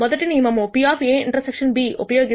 మొదటి నియమము PA ∩ B ఉపయోగిస్తే అది 0